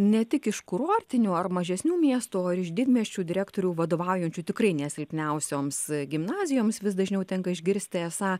ne tik iš kurortinių ar mažesnių miestų ar iš didmiesčių direktorių vadovaujančių tikrai ne silpniausioms gimnazijoms vis dažniau tenka išgirsti esą